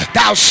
Thou